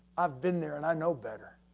i've been there and i know better.